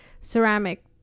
ceramic